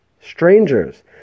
strangers